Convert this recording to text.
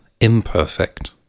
Imperfect